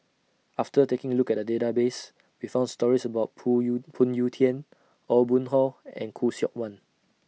after taking A Look At The Database We found stories about Pull YOU Phoon Yew Tien Aw Boon Haw and Khoo Seok Wan